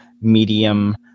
medium